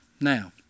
Now